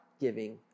giving